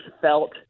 felt